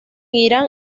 irán